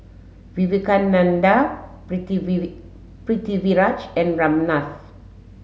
Vivekananda Pritiviraj and Ramnath